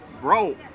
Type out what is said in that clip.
bro